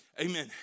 amen